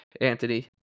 Anthony